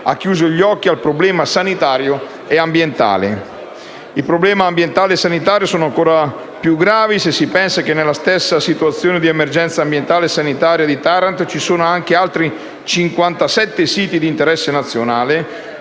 ha chiuso gli occhi al problema sanitario e ambientale. I problemi ambientale e sanitario sono ancora più gravi se si pensa che nella stessa situazione di emergenza ambientale e sanitaria di Taranto ci sono anche altri cinquantasette siti di interesse nazionale,